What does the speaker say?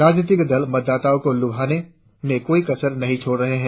राजनीतिक दल मतदाताओं को लुभाने में कोई कसर नहीं छोड़ रहे है